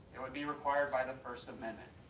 it would be required by the first amendment.